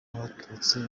b’abatutsi